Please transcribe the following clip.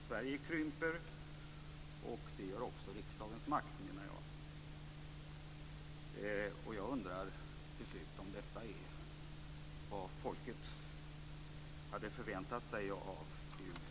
Sverige krymper, och jag menar att också riksdagens makt gör det. Jag undrar till slut om detta är vad folket hade förväntat sig av EU